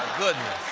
goodness.